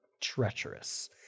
treacherous